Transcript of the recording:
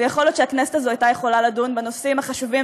ויכול להיות שהכנסת הזאת הייתה יכולה לדון בנושאים החשובים